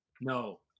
No